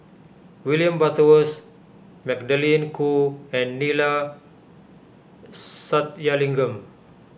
William Butterworth Magdalene Khoo and Neila Sathyalingam